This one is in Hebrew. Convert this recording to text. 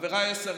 חבריי השרים,